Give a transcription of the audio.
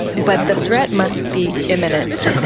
but the threat must be imminent,